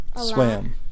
Swam